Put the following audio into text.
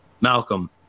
Malcolm